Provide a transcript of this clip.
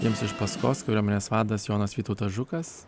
jiems iš paskos kariuomenės vadas jonas vytautas žukas